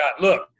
Look